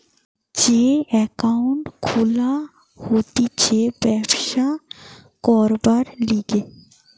যে একাউন্ট খুলা হতিছে ব্যবসা করবার লিগে